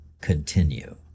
continue